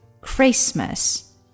Christmas